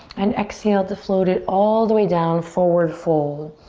and exhale to float it all the way down, forward fold.